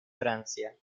francia